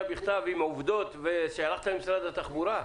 הכתב ושלחת למשרד התחבורה?